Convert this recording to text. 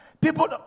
People